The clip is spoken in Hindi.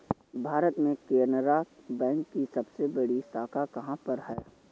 भारत में केनरा बैंक की सबसे बड़ी शाखा कहाँ पर है?